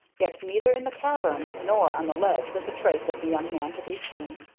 yet neither in the cavern nor on the ledge was a trace of the young man to be seen.